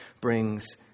brings